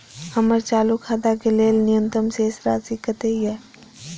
हमर चालू खाता के लेल न्यूनतम शेष राशि कतेक या?